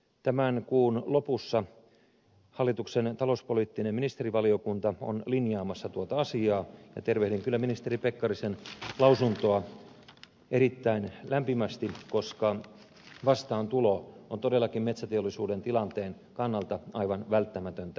tämän kuun lopussa hallituksen talouspoliittinen ministerivaliokunta on linjaamassa tuota asiaa ja tervehdin kyllä ministeri pekkarisen lausuntoa erittäin lämpimästi koska vastaantulo on todellakin metsäteollisuuden tilanteen kannalta aivan välttämätöntä